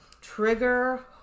Trigger